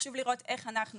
חשוב לראות איך אנחנו,